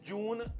June